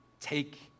Take